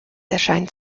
erscheint